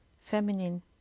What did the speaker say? feminine